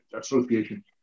Association